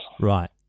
Right